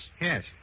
Yes